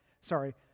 sorry